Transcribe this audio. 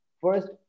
first